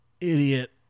idiot